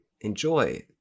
enjoy